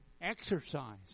exercise